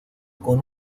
con